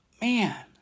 man